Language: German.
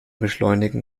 beschleunigen